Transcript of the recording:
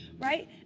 right